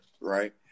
right